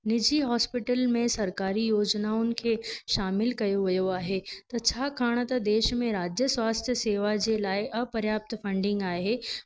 निजी हॉस्पिटल में सरकारी योजनाउनि खे शामिलु कयो वियो आहे त छाकाणि त देश में राज्य स्वास्थ शेवा जे लाइ अपर्याप्त फंडिंग आहे